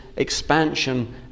expansion